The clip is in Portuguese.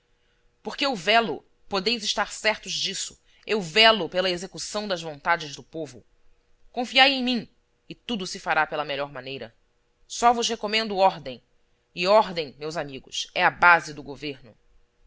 porque eu velo podeis estar certos disso eu velo pela execução das vontades do povo confiai em mim e tudo se fará pela melhor maneira só vos recomendo ordem e ordem meus amigos é a base do governo